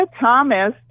Thomas